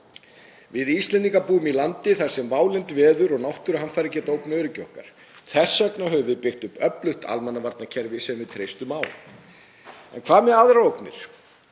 Við Íslendingar búum í landi þar sem válynd veður og náttúruhamfarir geta ógnað öryggi okkar. Þess vegna höfum við byggt upp öflugt almannavarnakerfi sem við treystum á. En hvað með aðrar ógnir?